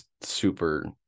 super